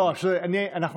לא, אני לא אעשה, תקשיב.